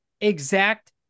exact